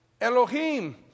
Elohim